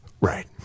Right